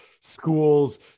schools